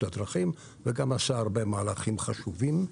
הדרכים וגם עשה הרבה מהלכים חשובים.